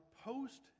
post